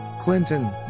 Clinton